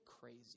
crazy